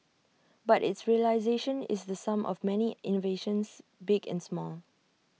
but its realisation is the sum of many innovations big and small